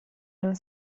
non